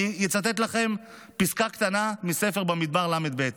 ואני אצטט לכם פסקה קטנה מספר במדבר, ל"ב: